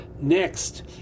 Next